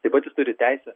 taip pat jis turi teisę